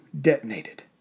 detonated